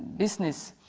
business